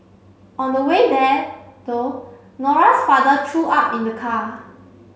on the way there though Nora's father threw up in the car